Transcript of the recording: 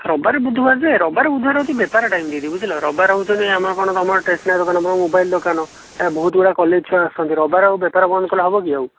ରବିବାର ବୁଧବାର ଯେ ରବିବାର ବୁଧବାର ହେଉଛି ବେପାର ଟାଇମ ' ଦିଦି ବୁଝିଲ ରବିବାର ହେଉଛନ୍ତି ଆମର କ'ଣ ତମର ଷ୍ଟେସନାରୀ ଦୋକାନ ଆମର ମୋବାଇଲ ଦୋକାନ ଏ ବହୁତ ଗୁଡ଼ିଏ କଲେଜ ଛୁଆ ଆସୁଛନ୍ତି ରବିବାର ଆଉ ବେପାର ବନ୍ଦ କଲେ ହେବକି ଆଉ